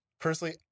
personally